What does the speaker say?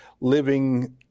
living